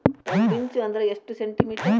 ಒಂದಿಂಚು ಅಂದ್ರ ಎಷ್ಟು ಸೆಂಟಿಮೇಟರ್?